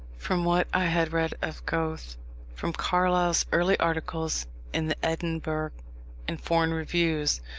from what i had read of goethe from carlyle's early articles in the edinburgh and foreign reviews,